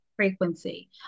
Frequency